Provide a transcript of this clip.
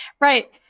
Right